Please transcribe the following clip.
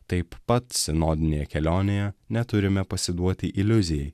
taip pat sinodinėje kelionėje neturime pasiduoti iliuzijai